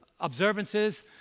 observances